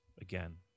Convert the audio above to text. Again